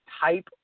type